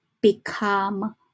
become